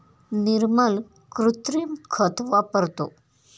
निर्मल कृत्रिम खत वापरतो